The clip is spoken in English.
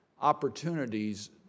opportunities